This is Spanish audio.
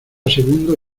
segundos